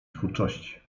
twórczości